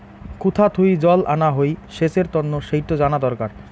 কুথা থুই জল আনা হই সেচের তন্ন সেইটো জানা দরকার